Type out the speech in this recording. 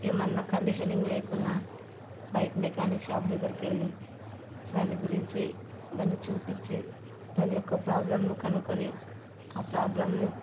ఏమన్నా కండిషనింగ్ లేకుండా bike mechanic shop దగ్గరికు వెళ్ళి దాని గురించి దాన్ని చూపించి దాని యొక్క ప్రాబ్లంను కనుక్కొని ఆ ప్రాబ్లంని